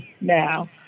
now